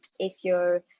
SEO